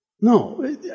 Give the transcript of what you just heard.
no